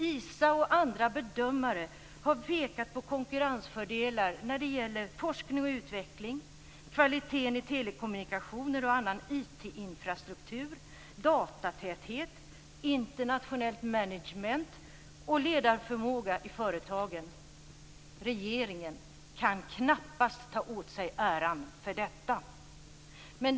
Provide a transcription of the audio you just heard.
ISA och andra bedömare har pekat på konkurrensfördelar när det gäller forskning och utveckling, kvaliteten i telekommunikationer och annan IT-infrastruktur, datatäthet, internationellt management och ledarförmåga i företagen. Regeringen kan knappast ta åt sig äran för detta.